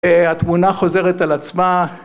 התמונה חוזרת על עצמה